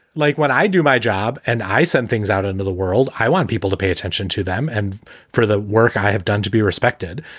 like, when i do my job and i send things out into the world, i want people to pay attention to them and for the work i have done to be respected.